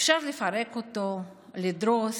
אפשר לפרק אותו, לדרוס,